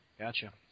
Gotcha